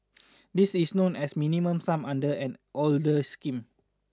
this is known as the Minimum Sum under an older scheme